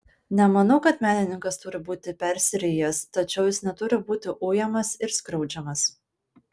nemanau kad menininkas turi būti persirijęs tačiau jis neturi būti ujamas ir skriaudžiamas